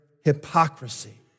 hypocrisy